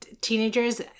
teenagers